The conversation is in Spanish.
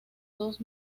dos